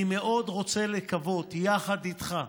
אני מאוד רוצה לקוות, יחד איתך,